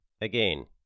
Again